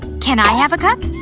can i have a cup?